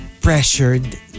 pressured